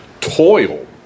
toil